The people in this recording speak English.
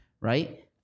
right